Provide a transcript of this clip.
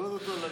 לפקוד אותו.